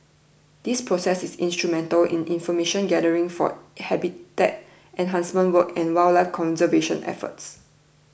this process is instrumental in information gathering for habitat enhancement work and wildlife conservation efforts